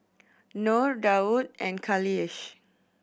Nor Daud and Khalish